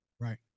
Right